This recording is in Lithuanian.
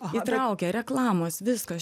įtraukia reklamos viskas